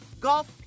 golf